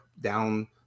down